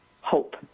hope